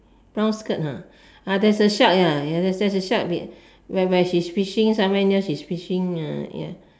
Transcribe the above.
brown skirt ah ah there's a shark ya ya there's a shark where where she's fishing somewhere near she's fishing uh yeah